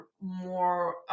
more